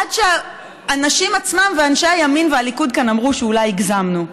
עד שהאנשים עצמם ואנשי הימין והליכוד כאן אמרו: אולי הגזמנו.